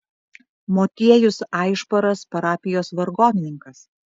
motiejus aišparas parapijos vargonininkas